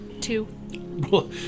two